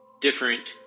different